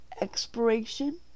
expiration